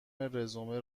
رزومه